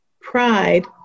pride